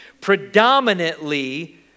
Predominantly